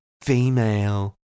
female